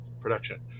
production